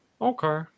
Okay